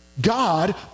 God